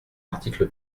article